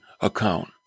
account